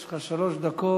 יש לך שלוש דקות.